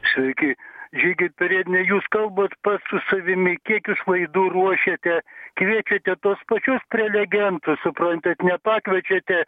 sveiki žiūrėkit peredni jūs kalbat pats su savimi kiek jūs laidų ruošiate kviečiate tuos pačius prelegentus suprantat nepakviečiate